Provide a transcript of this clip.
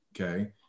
okay